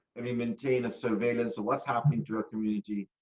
every maintain, a surveillance, what's happening to a community.